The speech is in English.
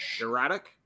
Erratic